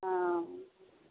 हँ